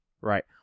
Right